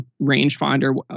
rangefinder